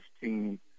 team